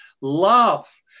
love